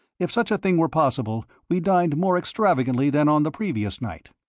if such a thing were possible, we dined more extravagantly than on the previous night.